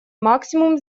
максимум